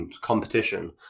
competition